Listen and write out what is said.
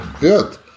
good